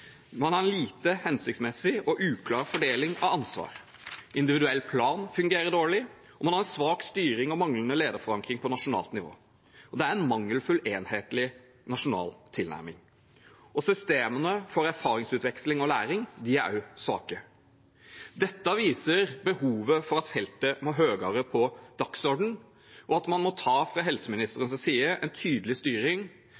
Man har lite hensiktsmessig og uklar fordeling av ansvar, individuell plan fungerer dårlig, man har en svak styring og manglende lederforankring på nasjonalt nivå, det er en mangelfull enhetlig nasjonal tilnærming, og systemene for erfaringsutveksling og læring er også svake. Dette viser behovet for at feltet må høyere på dagsordenen, og at man må ta – fra